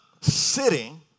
sitting